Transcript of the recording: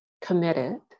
committed